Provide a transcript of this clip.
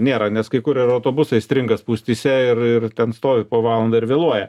nėra nes kai kur ir autobusai stringa spūstyse ir ir ten stovi po valandą ir vėluoja